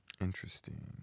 Interesting